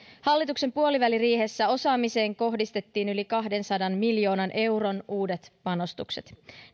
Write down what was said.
hallituksen puoliväliriihessä osaamiseen kohdistettiin yli kahdensadan miljoonan euron uudet panostukset